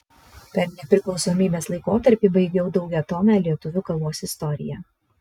per nepriklausomybės laikotarpį baigiau daugiatomę lietuvių kalbos istoriją